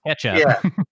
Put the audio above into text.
ketchup